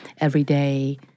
everyday